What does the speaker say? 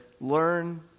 learn